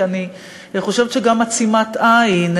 כי אני חושבת שגם עצימת עין,